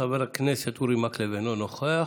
חבר הכנסת אורי מקלב, אינו נוכח.